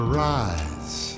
rise